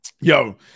Yo